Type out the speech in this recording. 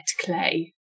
clay